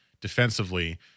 defensively